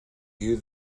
you